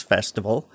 Festival